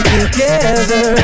together